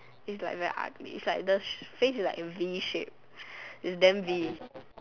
is like very ugly is like the face is like in V shape is damn V is like very ugly